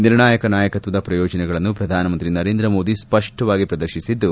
ನಿರ್ಣಾಯಕ ನಾಯಕತ್ವದ ಪ್ರಯೋಜನಗಳನ್ನು ಪ್ರಧಾನಮಂತ್ರಿ ನರೇಂದ್ರ ಮೋದಿ ಸ್ಪಷ್ಟವಾಗಿ ಪ್ರದರ್ಶಿಸಿದ್ದು